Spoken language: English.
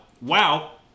Wow